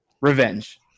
revenge